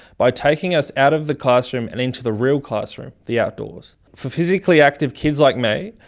by taking us out of the classroom and into the real classroom the outdoors. for physically active kids like me,